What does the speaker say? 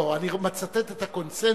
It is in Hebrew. לא, אני מצטט את הקונסנזוס